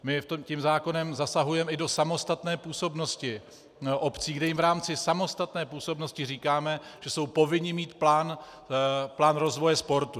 My tím zákonem zasahujeme i do samostatné působnosti obcí, kde jim v rámci samostatné působnosti říkáme, že jsou povinni mít plán rozvoje sportu.